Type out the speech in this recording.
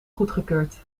goedgekeurd